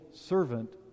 servant